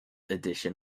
edition